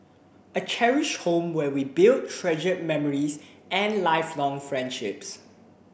a cherished home where we build treasured memories and lifelong friendships